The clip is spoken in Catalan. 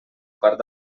part